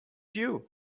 you